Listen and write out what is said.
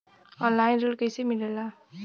Online ऋण कैसे मिले ला?